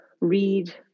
read